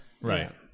right